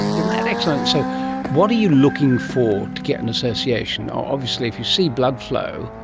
isn't that excellent! so what are you looking for to get an association? obviously if you see blood flow,